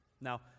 Now